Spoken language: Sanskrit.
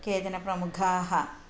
केचन प्रमुखाः